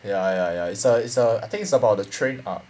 ya ya ya it's a it's a I think it's about the train arc